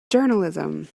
journalism